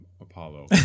Apollo